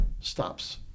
Stops